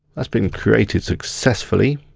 that's been created successfully.